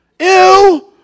Ew